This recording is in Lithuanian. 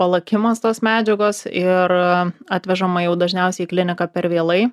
palakimas tos medžiagos ir atvežama jau dažniausiai į kliniką per vėlai